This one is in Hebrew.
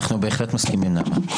אנחנו בהחלט מסכימים, נעמה.